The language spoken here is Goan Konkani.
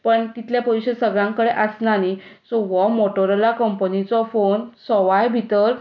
पूण तितले पयशे सगल्यां कडेन आसना न्हय सो हो मोटोरोला कंपनीचो फोन सवाय भितर